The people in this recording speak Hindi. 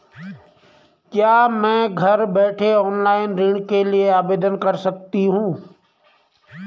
क्या मैं घर बैठे ऑनलाइन ऋण के लिए आवेदन कर सकती हूँ?